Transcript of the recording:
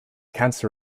cancer